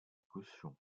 caution